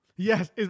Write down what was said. Yes